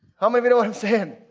how many even know what i'm saying?